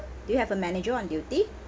do you have a manager on duty